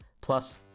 plus